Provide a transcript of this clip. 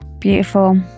beautiful